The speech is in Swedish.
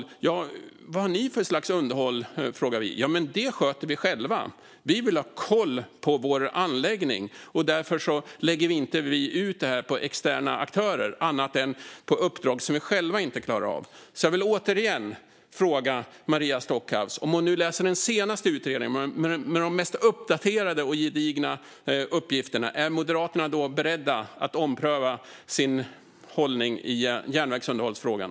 Vi frågade: Vad har ni för slags underhåll? Vi fick svaret: Det sköter vi själva. Vi vill ha koll på våra anläggningar. Därför lägger vi inte ut underhållet på externa aktörer, annat än för uppdrag som vi själva inte klarar av. Jag vill återigen fråga Maria Stockhaus: Är Moderaterna beredda att ta fasta på den senaste utredningen, med de mest uppdaterade och gedigna uppgifterna, och ompröva sin hållning i järnvägsunderhållsfrågan?